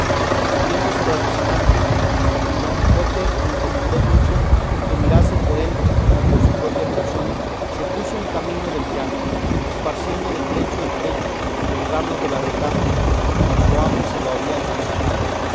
y subiendo sobre rocinante a quien don quijote encomendó mucho y que mirase por él como por su propria persona se puso en camino del llano esparciendo de trecho a trecho los ramos de la retama como su amo se lo había aconsejado